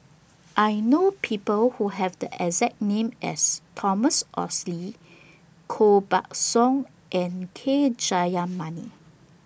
I know People Who Have The exact name as Thomas Oxley Koh Buck Song and K Jayamani